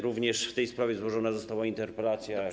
Również w tej sprawie złożona została interpelacja.